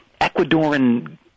Ecuadorian